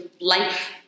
life